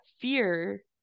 fear